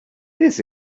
this